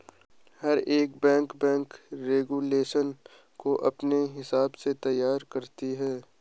हर एक bank bank regulation को अपने हिसाब से तय करती है